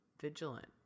vigilant